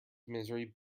misery